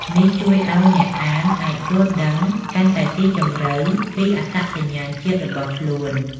នេះជួយឲ្យអ្នកអានអាចយល់ដឹងកាន់តែស៊ីជម្រៅពីអត្តសញ្ញាណជាតិរបស់ខ្លួន។